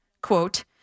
quote